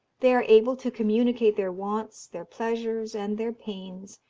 they are able to communicate their wants, their pleasures, and their pains,